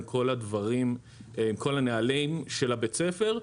עם כל הנהלים של בית הספר,